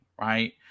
right